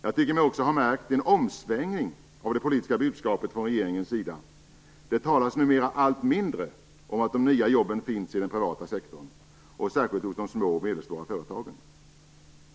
Jag tycker mig också ha märkt en omsvängning av det politiska budskapet från regeringens sida. Det talas numera allt mindre om att de nya jobben finns i den privata sektorn, särskilt inte hos de små och medelstora företagen.